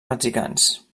mexicans